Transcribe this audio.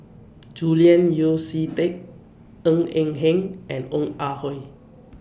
Julian Yeo See Teck Ng Eng Hen and Ong Ah Hoi